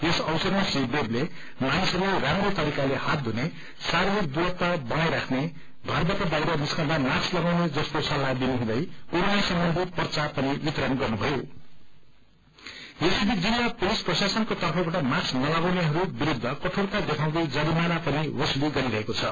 यस अवसरमा श्री देवले मानिसहरूलाई राम्रो तरिकाले हात धुने शारीरिक दूरत्व बनाईराख्ने घरबाट बाहिर निस्कँदा मास्क तगाउने जस्तो सल्लाह दिनुहुँदै कोरोना सम्बन्धी जिल्ला पुलिस प्रशासनको तर्फबाट मास्क नलगाउनेहरू विरूद्ध कठोरता देखाउँदै जरिमाना पनि वसुली गरिरहेको छ